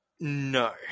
No